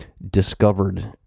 Discovered